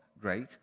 great